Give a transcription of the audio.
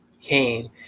Cain